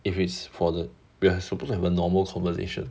if it's for the we're supposed to have a normal conversation